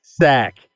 sack